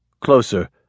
Closer